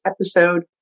episode